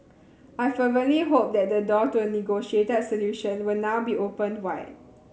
I fervently hope that the door to a negotiated solution will now be opened wide